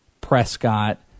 Prescott